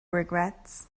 regrets